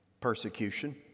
Persecution